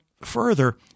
further